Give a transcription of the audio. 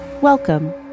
Welcome